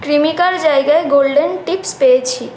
ক্রিমিকার জায়গায় golden tips পেয়েছি